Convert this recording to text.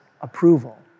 approval